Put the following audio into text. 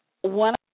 one